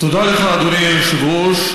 תודה לך, אדוני היושב-ראש.